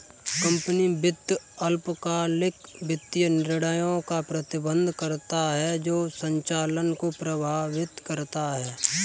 company वित्त अल्पकालिक वित्तीय निर्णयों का प्रबंधन करता है जो संचालन को प्रभावित करता है